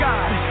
God